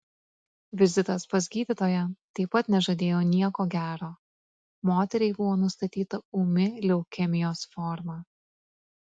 vizitas pas gydytoją taip pat nežadėjo nieko gero moteriai buvo nustatyta ūmi leukemijos forma